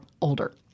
older